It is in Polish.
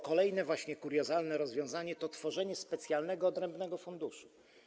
Kolejne kuriozalne rozwiązanie to tworzenie specjalnego, odrębnego funduszu.